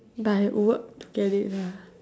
but I worked to get it lah